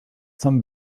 some